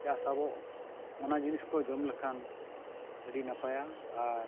ᱪᱟᱥᱟ ᱵᱚ ᱚᱱᱟ ᱡᱤᱱᱤᱥ ᱠᱚ ᱡᱚᱢ ᱞᱮᱠᱷᱟᱱ ᱟᱹᱰᱤ ᱱᱟᱯᱟᱭᱟ ᱟᱨ